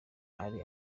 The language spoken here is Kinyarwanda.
ari